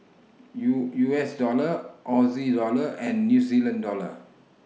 U U S Dollar Au Dollar and New Zeland Dollar